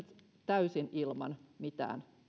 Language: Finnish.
täysin ilman mitään